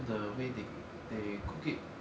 the way they they they cook it